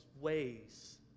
ways